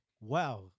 Wow